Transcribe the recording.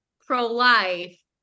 pro-life